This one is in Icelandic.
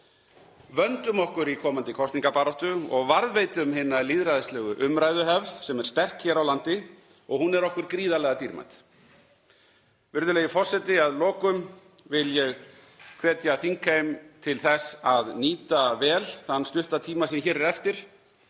Vöndum okkur í komandi kosningabaráttu og varðveitum hina lýðræðislegu umræðuhefð sem er sterk hér á landi og hún er okkur gríðarlega dýrmæt. Virðulegi forseti. Að lokum vil ég hvetja þingheim til þess að nýta vel þann stutta tíma sem hér er eftir.